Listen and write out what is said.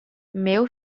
meu